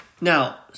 Now